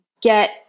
get